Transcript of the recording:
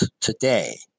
today